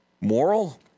Moral